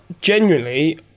genuinely